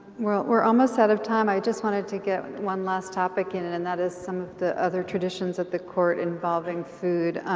well, we're almost out of time, i just wanted to get one last topic in and and that is some of the other traditions of the court involving food.